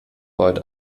volt